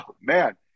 man